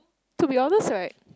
to be honest right